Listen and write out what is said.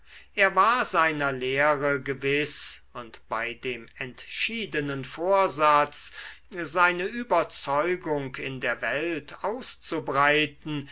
er war seiner lehre gewiß und bei dem entschiedenen vorsatz seine überzeugung in der welt auszubreiten